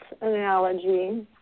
analogy